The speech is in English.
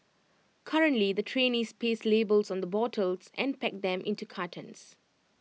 currently the trainees paste labels on the bottles and pack them into cartons